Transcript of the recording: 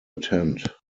attend